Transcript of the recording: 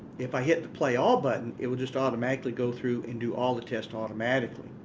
if i hit the play all button, it would just automatically go through and do all the tests automatically.